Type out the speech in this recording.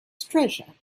treasure